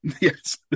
Yes